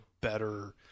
better